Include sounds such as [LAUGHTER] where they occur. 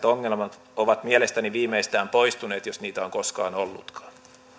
[UNINTELLIGIBLE] ongelmat ovat mielestäni viimeistään poistuneet jos niitä on koskaan ollutkaan